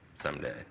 someday